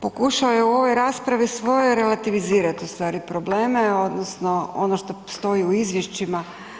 Pokušao je u ovoj raspravi svojoj relativizirati stvari, probleme, odnosno ono što stoji u izvješćima.